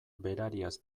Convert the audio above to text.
berariaz